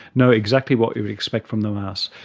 no, exactly what you would expect from the mouse.